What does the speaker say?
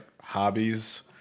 hobbies